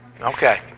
Okay